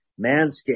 Manscaped